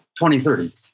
2030